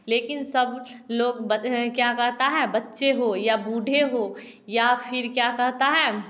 लेकिन सब लोग बद हें क्या कहता है बच्चे हो या बूढ़े हो या फिर क्या कहता है